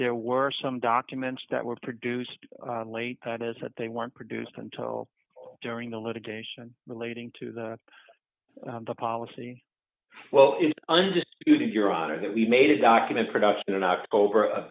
there were some documents that were produced late that is that they weren't produced until during the litigation relating to the the policy well undisputed your honor that we made a document production in october